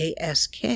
ASK